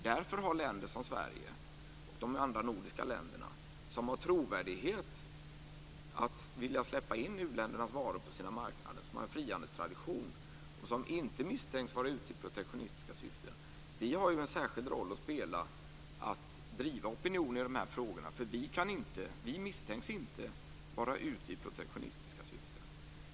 Därför har länder som Sverige och de andra nordiska länderna, som har trovärdighet i fråga om att vilja släppa in u-ländernas varor på sina marknader, som har en frihandelstradition och som inte misstänks vara ute i protektionistiska syften, en särskild roll att spela för att driva opinion i de här frågorna. Vi misstänks nämligen inte för att vara ute i protektionistiska syften.